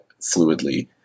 fluidly